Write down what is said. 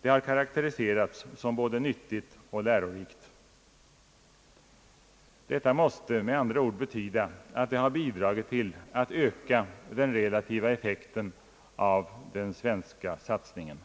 Det har karakteriserats som både nyttigt och lärorikt. Detta måste med andra ord betyda att det har bidragit till att öka den relativa effekten av den svenska satsningen.